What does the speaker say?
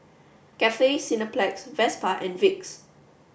Cathay Cineplex Vespa and Vicks